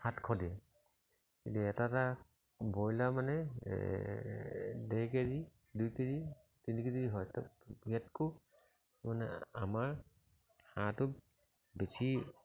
সাতশ দিয়ে এতিয়া এটা এটা ব্ৰইলাৰ মানে ডেৰ কে জি দুই কে জি তিনি কে জি হয় ইয়াতকৈ মানে আমাৰ হাঁহটো বেছি